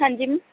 ਹਾਂਜੀ ਮ